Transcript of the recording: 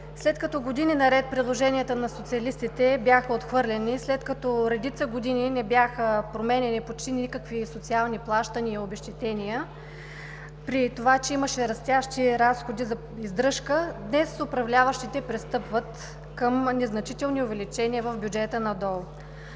След като години наред предложенията на социалистите бяха отхвърляни, след като редица години не бяха променяни почти никакви социални плащания и обезщетения, при това че имаше растящи разходи за издръжка, днес управляващите пристъпват към незначителни увеличения в бюджета на